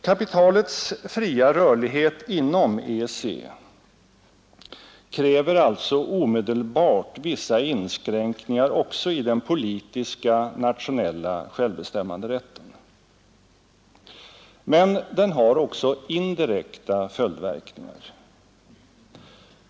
Kapitalets fria rörlighet inom EEC kräver alltså omedelbart vissa inskränkningar i den politiska nationella självbestämmanderätten. Men den har också indirekta följdverkningar.